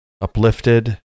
uplifted